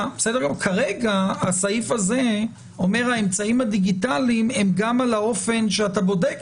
כרגע הסעיף הזה אומר שהאמצעים הדיגיטליים הם גם על האופן שאתה בודק.